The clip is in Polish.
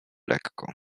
lekko